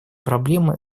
проблемы